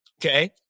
okay